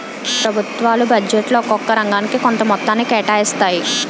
ప్రభుత్వాలు బడ్జెట్లో ఒక్కొక్క రంగానికి కొంత మొత్తాన్ని కేటాయిస్తాయి